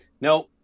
No